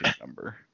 number